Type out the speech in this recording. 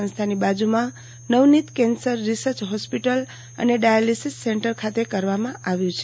સંસ્થાની બાજુમાં Navneet cancer research hospice અને ડાયાલિસીસ સેન્ટર ખાતે કરવામાં આવ્યું છે